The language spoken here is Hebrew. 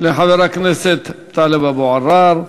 לחבר הכנסת טלב אבו עראר.